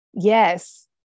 Yes